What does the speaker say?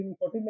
14